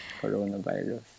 coronavirus